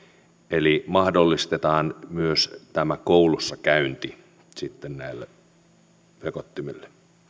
eli mahdollistetaan myös tämä koulussakäynti sitten näillä vekottimilla